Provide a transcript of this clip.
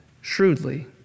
shrewdly